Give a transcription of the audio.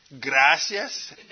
Gracias